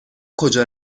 کجا